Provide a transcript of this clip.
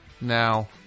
Now